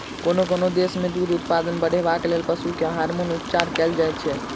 कोनो कोनो देश मे दूध उत्पादन बढ़ेबाक लेल पशु के हार्मोन उपचार कएल जाइत छै